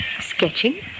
Sketching